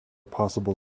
possible